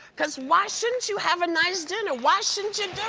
because why shouldn't you have a nice dinner? why shouldn't you do